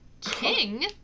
King